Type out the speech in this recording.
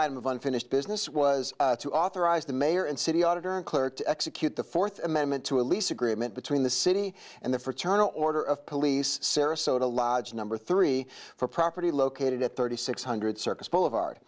item of unfinished business was to authorize the mayor and city auditor and clerk to execute the fourth amendment to a lease agreement between the city and the fraternal order of police sarasota lodge number three for property located at thirty six hundred circus boulevard